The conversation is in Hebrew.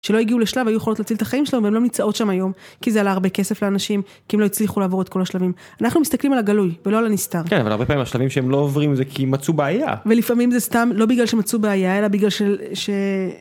שלא הגיעו לשלב והיו יכולות להציל את החיים שלהם לא נמצאות שם היום כי זה עלה הרבה כסף לאנשים כי הם לא הצליחו לעבור את כל השלבים אנחנו מסתכלים על הגלוי ולא על הנסתר. אבל הרבה פעמים השלבים שהם לא עוברים זה כי מצאו בעיה ולפעמים זה סתם לא בגלל שמצאו בעיה אלה בגלל של.